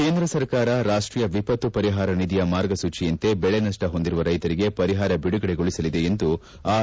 ಕೇಂದ್ರ ಸರ್ಕಾರ ರಾಷ್ಟೀಯ ವಿಪತ್ತು ಪರಹಾರ ನಿಧಿಯ ಮಾರ್ಗಸೂಚಿಯಂತೆ ಬೆಳೆ ನಪ್ಪ ಹೊಂದಿರುವ ರೈತರಿಗೆ ಪರಿಹಾರ ಬಿಡುಗಡೆಗೊಳಿಸಲಿದೆ ಎಂದು ಆರ್